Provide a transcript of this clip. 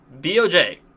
BOJ